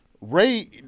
Ray